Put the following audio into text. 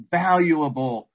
valuable